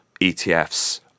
ETFs